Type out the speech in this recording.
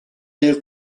del